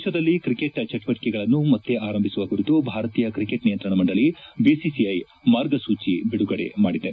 ದೇಶದಲ್ಲಿ ಕ್ರಿಕೆಟ್ ಚಟುವಟಿಕೆಗಳನ್ನು ಮತ್ತೆ ಆರಂಭಿಸುವ ಕುರಿತು ಭಾರತೀಯ ಕ್ರಿಕೆಟ್ ನಿಯಂತ್ರಣ ಮಂಡಳಿ ಬಿಸಿಸಿಐ ಮಾರ್ಗಸೂಚಿ ಬಿಡುಗಡೆ ಮಾಡಿದೆ